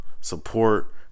support